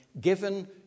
given